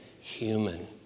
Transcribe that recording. human